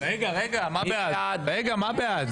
מה "בעד"?